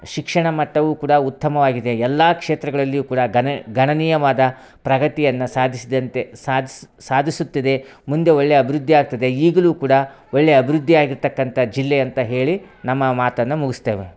ಶಿಕ್ಷಣ ಮಟ್ಟವು ಕೂಡಾ ಉತ್ತಮವಾಗಿದೆ ಎಲ್ಲ ಕ್ಷೇತ್ರಗಳಲ್ಲಿಯೂ ಕೂಡಾ ಗಣ ಗಣನೀಯವಾದ ಪ್ರಗತಿಯನ್ನು ಸಾಧಿಸ್ದಂತೆ ಸಾಧಿಸು ಸಾಧಿಸುತ್ತಿದೆ ಮುಂದೆ ಒಳ್ಳೆ ಅಭಿವೃದ್ಧಿ ಆಗ್ತದೆ ಈಗಲೂ ಕೂಡಾ ಒಳ್ಳೆ ಅಭಿವೃದ್ದಿಯಾಗಿರ್ತಕ್ಕಂಥ ಜಿಲ್ಲೆ ಅಂತ ಹೇಳಿ ನಮ್ಮ ಮಾತನ್ನಾ ಮುಗಿಸ್ತೇವೆ